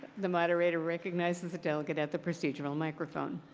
the moderator recognizes the delegate at the procedural microphone.